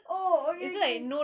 oh okay okay